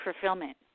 fulfillment